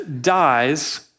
dies